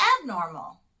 abnormal